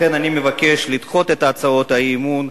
לכן אני מבקש לדחות את הצעות האי-אמון.